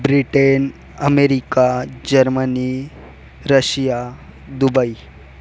Britain America Germany Russia Dubai